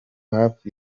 hafi